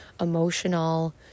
emotional